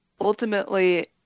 ultimately